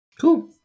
cool